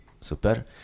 super